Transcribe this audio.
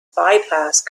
bypassed